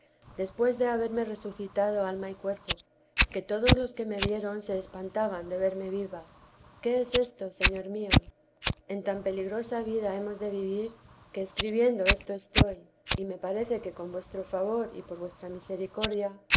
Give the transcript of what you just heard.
después de haberme resucitado alma y cuerpo que todos los que me vieron se espantaban de verme viva qué es esto señor mío en tan peligrosa vida hemos de vivir que escribiendo esto estoy y me parece que con vuestro favor y por vuestra misericordia